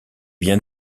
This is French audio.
bien